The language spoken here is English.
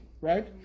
right